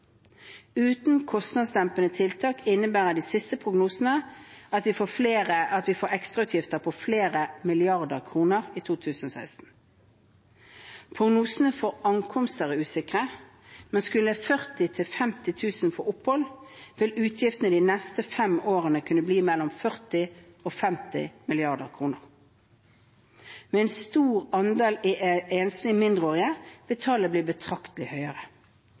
Uten kostnadsdempende tiltak innebærer de siste prognosene at vi får ekstrautgifter på flere milliarder kroner i 2016. Prognosene for ankomster er usikre, men skulle 40 000–50 000 få opphold, vil utgiftene de neste fem årene kunne bli mellom 40 mrd. kr og 50 mrd. kr. Med en stor andel enslige mindreårige vil tallet bli betraktelig høyere.